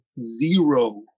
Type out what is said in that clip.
zero